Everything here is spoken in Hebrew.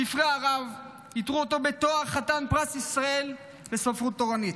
ספרי הרב עיטרו אותו בתור חתן פרס ישראל לספרות תורנית.